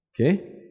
Okay